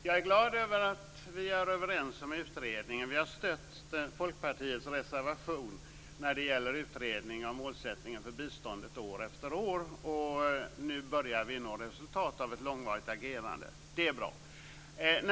Fru talman! Jag är glad över att vi är överens om utredningen. Vi har år efter år stött Folkpartiets reservation när det gäller utredning av målsättningen för biståndet, och nu börjar vi nå resultat av ett långvarigt agerande. Det är bra.